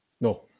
No